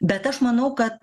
bet aš manau kad